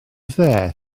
dde